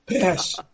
Pass